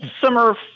summer